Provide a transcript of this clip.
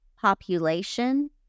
population